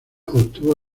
obtuvo